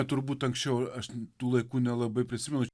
turbūt anksčiau aš tų laikų nelabai prisimenu